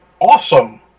awesome